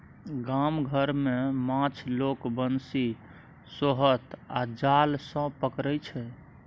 गाम घर मे माछ लोक बंशी, सोहथ आ जाल सँ पकरै छै